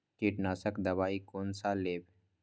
कीट नाशक दवाई कोन सा लेब?